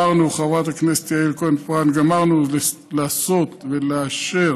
חברת הכנסת יעל כהן-פארן, גמרנו לעשות ולאשר